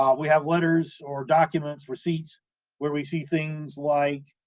um we have letters or documents receipts where we see things like